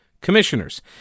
commissioners